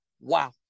Wow